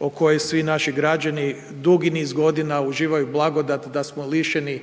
o kojoj svi naši građani dugi niz godina uživaju blagodat da smo lišeni